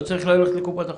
לא צריך ללכת לקופת החולים.